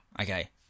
Okay